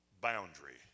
boundary